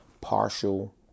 partial